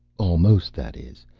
almost, that is.